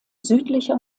südlicher